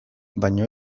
baino